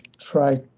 try